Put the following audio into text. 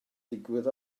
digwydd